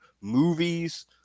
movies